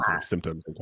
symptoms